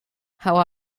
how